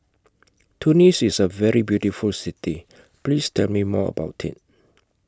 Tunis IS A very beautiful City Please Tell Me More about IT